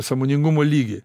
sąmoningumo lygį